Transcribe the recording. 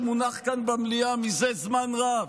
שמונח כאן במליאה מזה זמן רב,